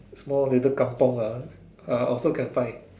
small little Kampung ah ah also can find